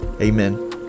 Amen